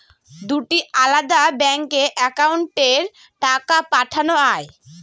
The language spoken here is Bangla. দুটি আলাদা ব্যাংকে অ্যাকাউন্টের টাকা পাঠানো য়ায়?